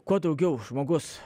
kuo daugiau žmogus